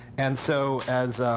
and so as